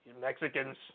Mexicans